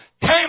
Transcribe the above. came